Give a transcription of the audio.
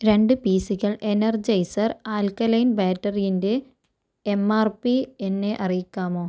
രണ്ട് പി സികൾ Energizer alkaline ബാറ്ററീന്റെ എം ആർ പി എന്നെ അറിയിക്കാമോ